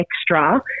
extra